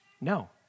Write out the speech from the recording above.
No